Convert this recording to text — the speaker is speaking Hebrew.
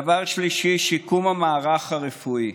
דבר שלישי, שיקום המערך הרפואי.